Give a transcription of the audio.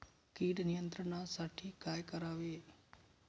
कीड नियंत्रणासाठी काय करावे?